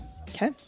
Okay